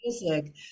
music